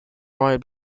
royal